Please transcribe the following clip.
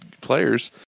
players